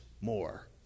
more